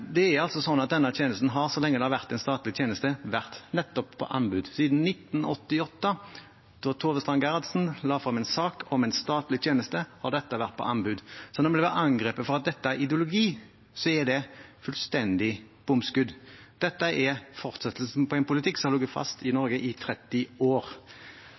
Denne tjenesten har, så lenge den har vært en statlig tjeneste, vært nettopp på anbud. Siden 1988, da Tove Strand Gerhardsen la frem en sak om statlig tjeneste, har dette vært på anbud. Så når vi blir angrepet for at dette er ideologi, er det et fullstendig bomskudd. Dette er fortsettelsen på en politikk som har ligget fast i Norge i 30 år.